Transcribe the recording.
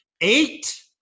eight